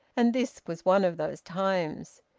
and this was one of those times.